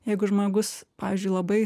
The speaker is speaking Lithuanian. jeigu žmogus pavyzdžiui labai